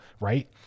right